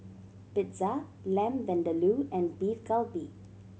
Pizza Lamb Vindaloo and Beef Galbi